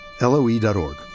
LOE.ORG